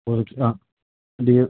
പുതുക്കി ആ ഡ്യൂ